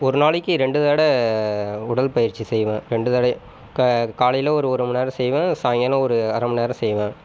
ஒரு நாளைக்கு ரெண்டு தடவை உடல்பயிற்சி செய்வேன் ரெண்டு தடவை கா காலையில் ஒரு மணி நேரம் செய்வேன் சாய்ங்காலம் ஒரு அரை மணி நேரம் செய்வேன்